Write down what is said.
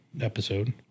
episode